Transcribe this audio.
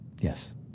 Yes